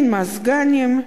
אין מזגנים.